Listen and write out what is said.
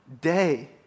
day